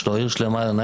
יש לו עיר שלמה לנהל,